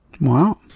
Wow